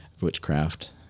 witchcraft